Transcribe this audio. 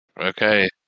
Okay